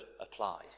applied